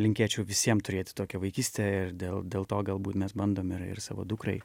linkėčiau visiem turėti tokią vaikystę ir dėl dėl to galbūt mes bandom ir ir savo dukrai